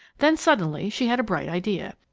then suddenly she had a bright idea.